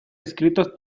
escritos